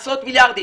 עשרות מיליארדים.